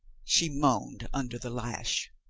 she moaned under the lash.